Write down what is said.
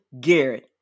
Garrett